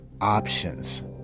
options